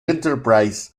enterprise